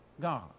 God